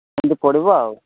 ଏମିତି ପଡ଼ିବ ଆଉ